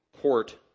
court